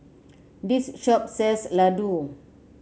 this shop sells Ladoo